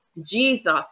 jesus